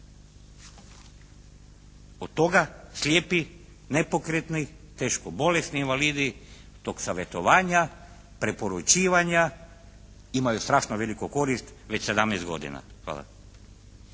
Od toga slijepi, nepokretni, teško bolesni invalidi tog savjetovanja, preporučivanja imaju strašno veliku korist već 17 godina. Hvala.